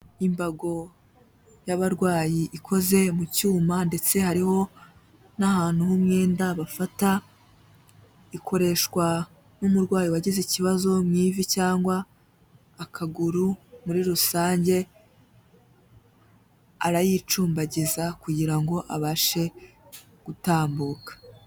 Imbago y'abarwayi ikoze mu cyuma, ndetse hariho n'ahantu h'umwenda bafata; ikoreshwa n'umurwayi wagize ikibazo mw'ivi cyangwa akaguru muri rusange, arayicumbagiza kugirango abashe gutambuka.